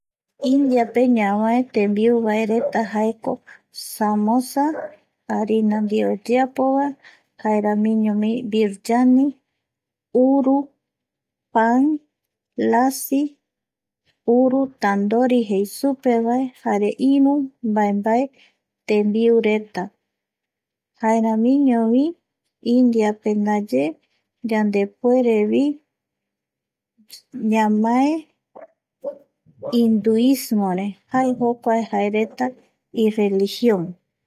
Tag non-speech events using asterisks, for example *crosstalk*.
Indiape *noise* ñavae *noise* tembiu *noise* vaereta jaeko *noise* samosa harina ndie oyeapovae *noise* jaeramiñovi virchani uru, pan, lasi, *noise* uru tandori *noise* jei supe vae jare iru mbae, mbae tembiureta *noise* jaeramiñovi *noise* indiape ndaye yandepuere *noise* *noise* induismore *noise* jae jokuae *noise* jaereta *noise* ireligión